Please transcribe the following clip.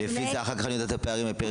לפי זה אחר כך אני יודע את הפערים בפריפריה.